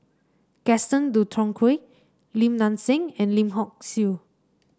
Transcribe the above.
Gaston Dutronquoy Lim Nang Seng and Lim Hock Siew